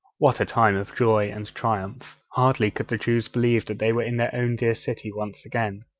what a time of joy and triumph! hardly could the jews believe that they were in their own dear city once again.